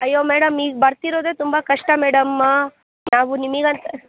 ಅಯ್ಯೋ ಮೇಡಮ್ ಈಗ ಬರ್ತಿರೋದೇ ತುಂಬ ಕಷ್ಟ ಮೇಡಮ್ ನಾವು ನಿಮಗಂತ